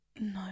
no